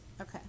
okay